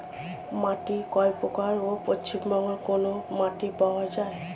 মাটি কয় প্রকার ও পশ্চিমবঙ্গ কোন মাটি পাওয়া য়ায়?